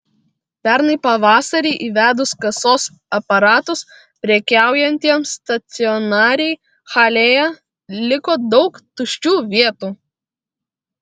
pernai pavasarį įvedus kasos aparatus prekiaujantiems stacionariai halėje liko daug tuščių vietų